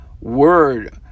word